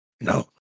No